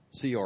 CR